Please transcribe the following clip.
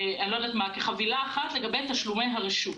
כחבילה אחת לגבי תשלומי הרשות,